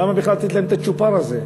למה בכלל לתת להם את הצ'ופר הזה?